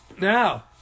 Now